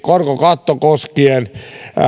korkokatto koskien